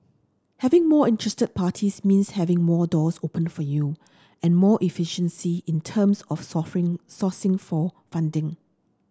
having more interested parties means having more doors opened for you and more efficiency in terms of sourcing for funding